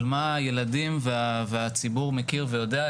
על מה הילדים והציבור מכיר ויודע.